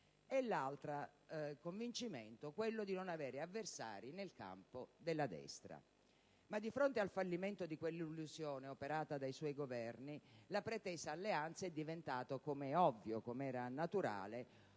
di interessi; quello di non avere avversari nel campo della destra. Di fronte al fallimento di quella illusione operata dai suoi Governi, la pretesa alleanza è diventata, come era ovvio e naturale,